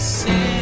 say